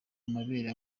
amabere